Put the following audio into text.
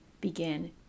begin